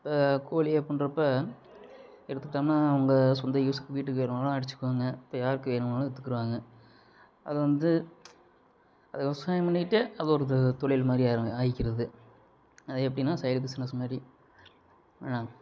இப்போ கோழியை கொன்றப்ப எடுத்துட்டோம்னா அவங்க சொந்த யூஸ்க்கு வீட்டுக்கு வேணுன்னால் அடிச்சிக்குவாங்க இப்போ யாருக்கு வேணும்னாலும் விற்றுக்குடுவாங்க அதை வந்து அதை விவசாயம் பண்ணிகிட்டே அது ஒரு தொழில் மாதிரி ஆகிக்கிறது அது எப்படினா சைட் பிஸ்னஸ் மாதிரி